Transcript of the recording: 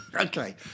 Okay